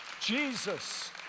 Jesus